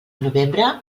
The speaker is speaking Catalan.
novembre